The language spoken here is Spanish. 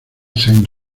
saint